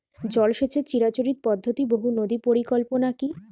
জল সেচের চিরাচরিত পদ্ধতি বহু নদী পরিকল্পনা কি?